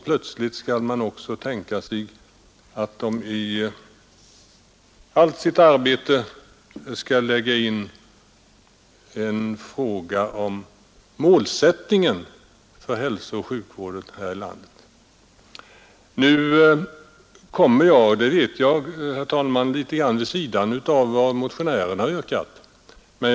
Plötsligt skall man då tänka sig att U 68 i allt sitt arbete också skall lösa frågan om målsättningen för hälsooch sjukvården här i landet. Nu kommer jag — det vet jag, herr talman — litet vid sidan om vad motionärerna har yrkat.